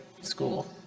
school